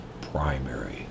primary